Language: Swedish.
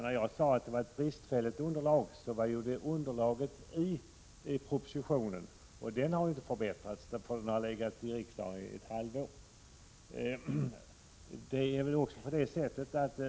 När jag sade att underlaget är bristfälligt, menade jag emellertid underlaget för propositionen, och den har ju inte förbättrats av att ha legat i riksdagen ett halvår.